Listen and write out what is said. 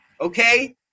okay